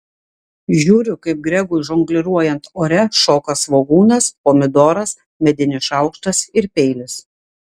žiūriu kaip gregui žongliruojant ore šoka svogūnas pomidoras medinis šaukštas ir peilis